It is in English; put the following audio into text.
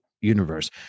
universe